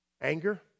Anger